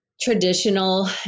traditional